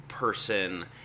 Person